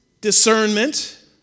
Discernment